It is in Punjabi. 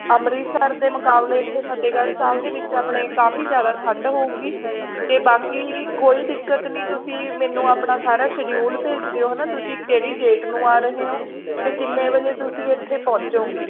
ਅੰਮ੍ਰਿਤਸਰ ਦੇ ਮੁਕਾਬਲੇ ਇੱਥੇ ਫਤਿਹਗੜ੍ਹ ਸਾਹਿਬ ਦੇ ਵਿੱਚ ਆਪਣੇ ਕਾਫੀ ਜ਼ਿਆਦਾ ਠੰਡ ਹੋਵੇਗੀ ਅਤੇ ਬਾਕੀ ਕੋਈ ਦਿੱਕਤ ਨਹੀਂ ਤੁਸੀਂ ਮੈਨੂੰ ਆਪਣਾ ਸਾਰਾ ਸ਼ੈਡਿਊਲ ਭੇਜ ਦਿਉ ਹੈ ਨਾ ਤੁਸੀਂ ਕਿਹੜੀ ਡੇਟ ਨੂੰ ਆ ਰਹੇ ਹੋ ਅਤੇ ਕਿੰਨੇ ਵਜੇ ਤੁਸੀਂ ਇੱਥੇ ਪਹੁੰਚੋਂਗੇ